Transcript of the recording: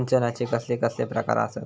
सिंचनाचे कसले कसले प्रकार आसत?